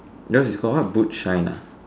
yours is called what boot shine ah